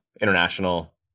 international